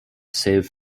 save